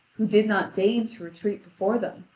who did not deign to retreat before them,